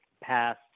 past